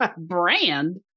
Brand